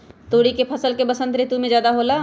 तोरी के फसल का बसंत ऋतु में ज्यादा होला?